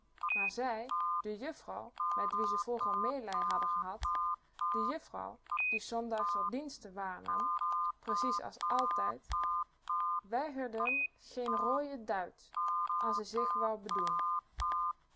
maar zij de juffrouw met wie ze vroeger meelij hadden gehad de juffrouw die s zondags r diensten waarnam precies as altijd weigerde m geen rooien duit as-ie zich wou bedoen